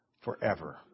forever